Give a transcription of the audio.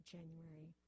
January